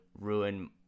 ruin